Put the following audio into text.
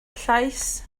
llais